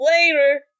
later